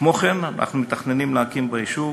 כמו כן, אנחנו מתכננים להקים ביישוב